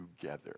together